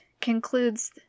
concludes